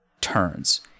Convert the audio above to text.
turns